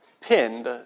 pinned